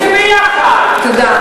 אתם תעשו את זה עם הבית היהודי?